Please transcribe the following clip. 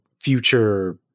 future